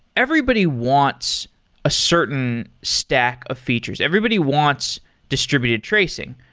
everybody wants a certain stack of features. everybody wants distributed tracing,